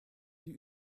die